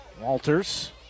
Walters